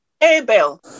Abel